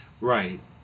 right